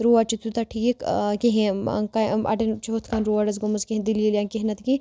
road چھِ تیوٗتاہ ٹھیٖک کِہیٖنۍ اَڑٮ۪ن چھُ ہُتھ کَن روڈَس گٔمٕژ کینٛہہ دٔلیٖل یا کینٛہہ نہ تہٕ کینٛہہ